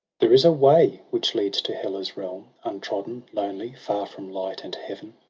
there is a way which leads to hela's realm, untrodden, lonely, far from light and heaven.